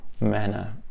manner